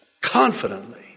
confidently